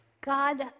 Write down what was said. God